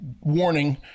Warning